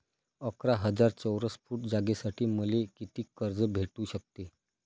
अकरा हजार चौरस फुट जागेसाठी मले कितीक कर्ज भेटू शकते?